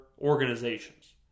organizations